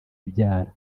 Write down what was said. ibyara